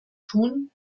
tun